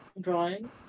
drawing